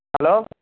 hello